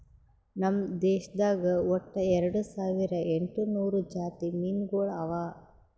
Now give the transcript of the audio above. ನಮ್ ದೇಶದಾಗ್ ಒಟ್ಟ ಎರಡು ಸಾವಿರ ಎಂಟು ನೂರು ಜಾತಿ ಮೀನುಗೊಳ್ ಅವಾ